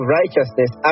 righteousness